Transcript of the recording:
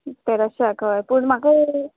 तर आसा पूण म्हाका